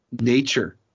nature